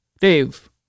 Dave